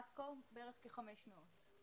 עד כה בערך כ-500.